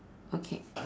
okay